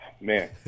man